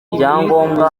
ibyangombwa